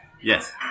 Yes